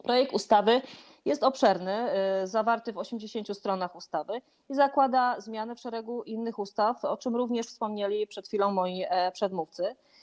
Projekt ustawy jest obszerny, zawarty na 80 stronach, i zakłada zmiany w szeregu innych ustaw, o czym również wspomnieli przed chwilą moi przedmówcy.